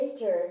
Later